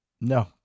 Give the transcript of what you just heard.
No